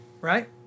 right